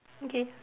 okay